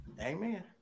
Amen